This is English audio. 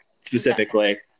specifically